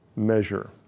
measure